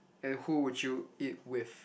and who would you eat with